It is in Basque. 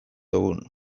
dugun